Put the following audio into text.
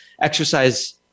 exercise